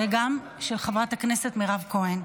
וגם של חברת הכנסת מירב כהן.